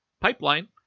PIPELINE